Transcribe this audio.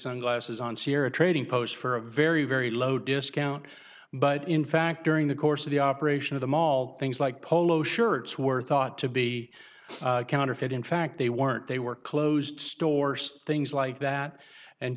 sunglasses on syria trading post for a very very low discount but in fact during the course of the operation of the mall things like polo shirts were thought to be counterfeit in fact they weren't they were closed stores things like that and